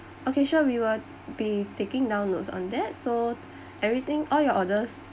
okay sure we will be taking down notes on that so everything all your orders